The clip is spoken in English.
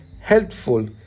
helpful